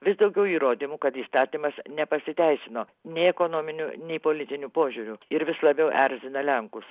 vis daugiau įrodymų kad įstatymas nepasiteisino nei ekonominiu nei politiniu požiūriu ir vis labiau erzina lenkus